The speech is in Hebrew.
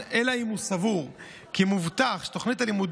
אלא אם כן הוא סבור כי מובטח שתוכנית הלימודים,